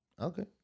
Okay